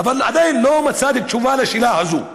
אבל עדיין לא מצאתי תשובה לשאלה הזאת.